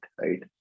right